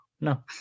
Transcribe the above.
no